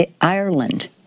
Ireland